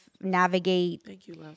navigate